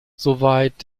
soweit